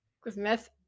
Christmas